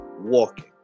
walking